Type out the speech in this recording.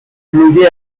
fluye